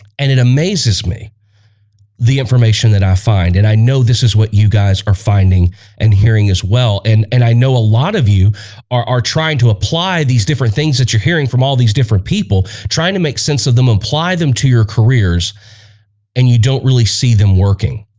and it amazes me the information that i find and i know this is what you guys are finding and hearing as well and and i know a lot of you are are trying to apply these different things that you're hearing from all these different people trying to make sense of them apply them to your careers and you don't really see them working